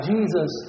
Jesus